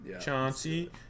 Chauncey